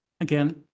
again